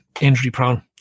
injury-prone